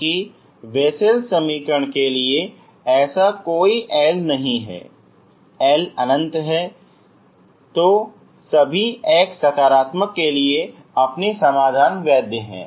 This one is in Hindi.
क्योंकि बेससेल समीकरण के लिए ऐसा कोई L नहीं है L अनंत है तो सभी x सकारात्मक के लिए अपने समाधान वैध हैं